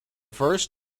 first